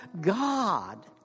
God